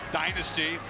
dynasty